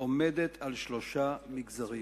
עומדת על שלושה מגזרים,